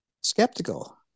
skeptical